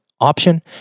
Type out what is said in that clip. option